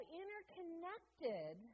interconnected